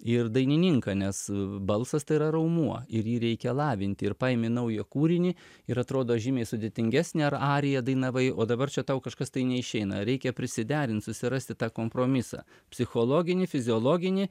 ir dainininką nes balsas tai yra raumuo ir jį reikia lavinti ir paimi naują kūrinį ir atrodo žymiai sudėtingesnę ar ariją dainavai o dabar čia tau kažkas tai neišeina reikia prisiderint susirasti tą kompromisą psichologinį fiziologinį